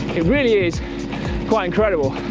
it really is quite incredible.